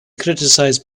criticised